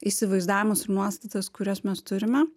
įsivaizdavimus ir nuostatas kurias mes turime